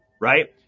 right